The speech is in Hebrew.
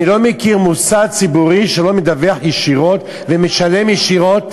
אני לא מכיר מוסד ציבורי שלא מדווח ישירות ומשלם ישירות,